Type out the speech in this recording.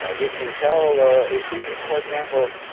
ah if you tell ah a student, for example,